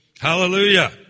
Hallelujah